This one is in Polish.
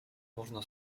można